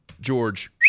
George